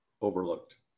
overlooked